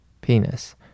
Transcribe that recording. Penis